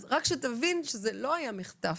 רק שתבין שזה לא היה מחטף.